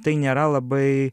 tai nėra labai